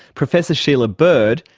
professor sheila bird,